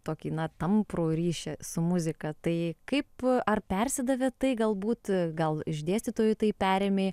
tokį na tamprų ryšį su muzika tai kaip ar persidavė tai galbūt gal iš dėstytojų tai perėmei